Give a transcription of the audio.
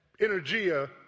Energia